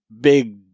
big